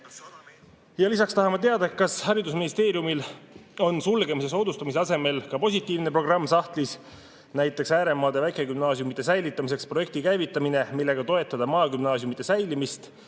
Lisaks tahame teada, kas haridusministeeriumil on sulgemise soodustamise asemel ka positiivne programm sahtlis, näiteks ääremaade väikegümnaasiumide säilitamiseks projekti käivitamine, millega toetada maagümnaasiumide säilimist